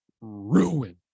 ruin